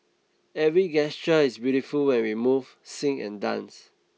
every gesture is beautiful when we move sing and dance